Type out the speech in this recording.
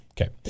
Okay